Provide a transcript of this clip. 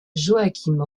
joaquim